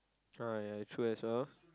ah ya true as well